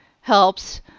helps